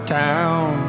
town